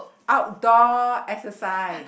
outdoor exercise